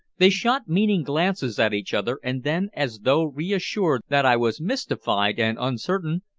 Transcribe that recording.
they shot meaning glances at each other, and then, as though reassured that i was mystified and uncertain,